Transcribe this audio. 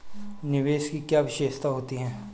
निवेश की क्या विशेषता होती है?